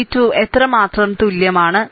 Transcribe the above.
V 2 എത്രമാത്രം തുല്യമാണ്